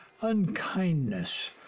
unkindness